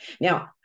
Now